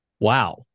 wow